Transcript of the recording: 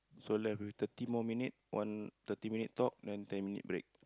so left with thirty more minute one thirty minute talk then ten minute break